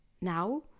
Now